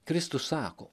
kristus sako